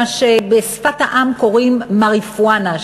מה שבשפת העם קוראים מריחואנה,